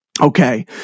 Okay